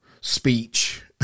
speech